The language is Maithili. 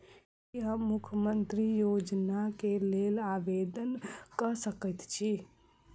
की हम मुख्यमंत्री योजना केँ लेल आवेदन कऽ सकैत छी?